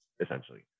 essentially